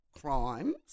crimes